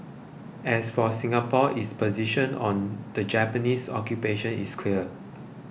as for Singapore its position on the Japanese occupation is clear